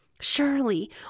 surely